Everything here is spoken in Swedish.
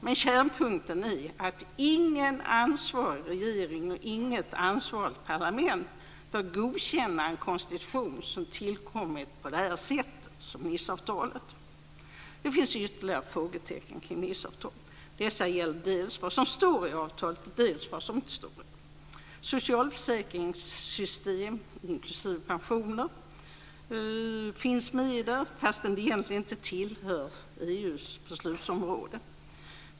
Men kärnpunkten är att ingen ansvarig regering och inget ansvarigt parlament bör godkänna en konstitution som tillkommit på det sätt som Niceavtalet har gjort. Det finns ytterligare frågetecken kring Niceavtalet. Dessa gäller dels vad som står i avtalet, dels vad som inte står där. Socialförsäkringssystem inklusive pensioner finns med där, fast detta egentligen inte tillhör EU:s beslutsområde.